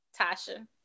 Tasha